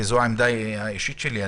וזו העמדה האישית שלי,